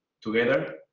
together